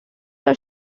are